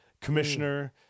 commissioner